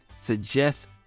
suggest